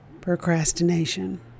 procrastination